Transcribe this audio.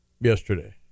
yesterday